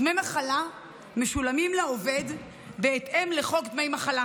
דמי מחלה משולמים לעובד בהתאם לחוק דמי מחלה